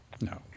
No